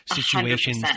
situations